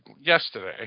yesterday